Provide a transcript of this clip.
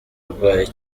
burwayi